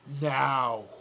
now